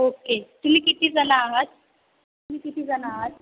okay तुम्ही कितीजण आहात तुम्ही कितीजण आहात